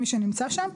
מי שנמצא שם,